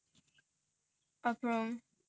வேற என்ன:vera enna plans இருக்கு:irukku T_L_S